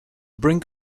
brink